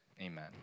Amen